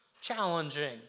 challenging